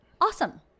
awesome